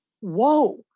whoa